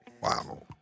Wow